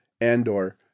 Andor